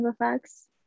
effects